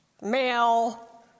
male